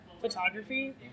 photography